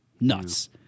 Nuts